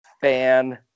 fan